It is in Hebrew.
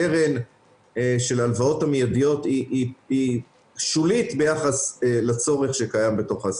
הקרן של ההלוואות המידיות היא שולית ביחס לצורך שקיים בעסקים.